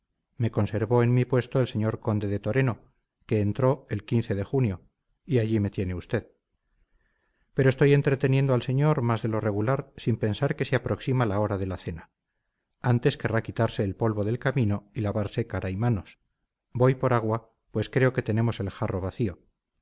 me conservó en mi puesto el señor conde de toreno que entro el de junio y allí me tiene usted pero estoy entreteniendo al señor más de lo regular sin pensar que se aproxima la hora de la cena antes querrá quitarse el polvo del camino y lavarse cara y manos voy por agua pues creo que tenemos el jarro vacío